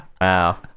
Wow